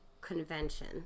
convention